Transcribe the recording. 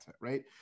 right